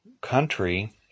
country